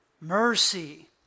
Mercy